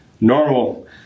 normal